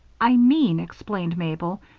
i mean, explained mabel,